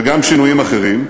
וגם שינויים אחרים,